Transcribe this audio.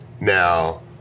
Now